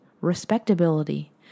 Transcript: respectability